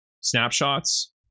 snapshots